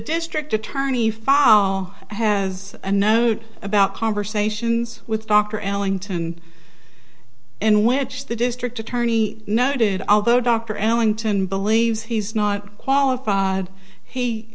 district attorney file has a note about conversations with dr ellington in which the district attorney noted although dr ellington believes he's not qualified he